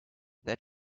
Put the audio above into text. that